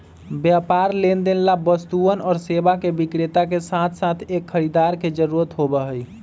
व्यापार लेनदेन ला वस्तुअन और सेवा के विक्रेता के साथसाथ एक खरीदार के जरूरत होबा हई